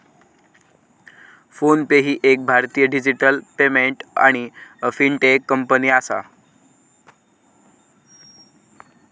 phone पे ही एक भारतीय डिजिटल पेमेंट आणि फिनटेक कंपनी आसा